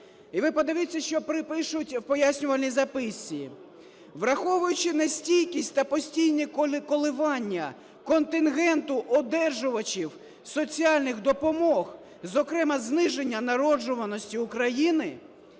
І ви подивіться, що пишуть в пояснювальній записці: "Враховуючи нестійкість та постійні коливання контингенту одержувачів соціальних допомог, зокрема, зниження народжуваності України,